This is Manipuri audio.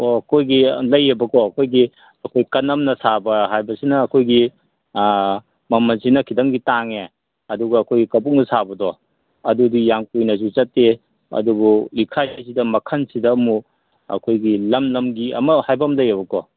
ꯑꯣ ꯑꯩꯈꯣꯏꯒꯤ ꯂꯩꯌꯦꯕꯀꯣ ꯑꯩꯈꯣꯏꯒꯤ ꯑꯩꯈꯣꯏ ꯀꯟꯅꯝꯅ ꯁꯥꯕ ꯍꯥꯏꯕꯁꯤꯅ ꯑꯩꯈꯣꯏꯒꯤ ꯃꯃꯟꯁꯤꯅ ꯈꯤꯇꯪꯗꯤ ꯇꯥꯡꯉꯦ ꯑꯗꯨꯒ ꯑꯩꯈꯣꯏ ꯀꯕꯨꯛꯅ ꯁꯥꯕꯗꯣ ꯑꯗꯨꯗꯤ ꯌꯥꯝ ꯀꯨꯏꯅꯁꯨ ꯆꯠꯇꯦ ꯑꯗꯨꯕꯨ ꯂꯤꯛꯈꯥꯏꯁꯤꯁꯤꯗ ꯃꯈꯟꯁꯤꯗ ꯑꯃꯨꯛ ꯑꯩꯈꯣꯏꯒꯤ ꯂꯝ ꯂꯝꯒꯤ ꯑꯃ ꯍꯥꯏꯕ ꯑꯃ ꯂꯩꯌꯦꯕꯀꯣ